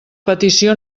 petició